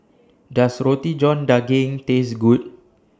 Does Roti John Daging Taste Good